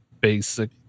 basic